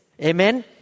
Amen